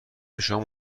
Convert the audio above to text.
شما